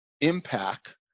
impact